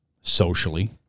socially